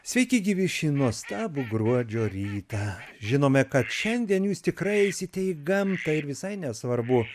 sveiki gyvi šį nuostabų gruodžio rytą žinome kad šiandien jūs tikrai eisite į gamtą ir visai nesvarbu